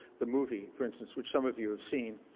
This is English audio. the movie, for instance, which some of you have seen,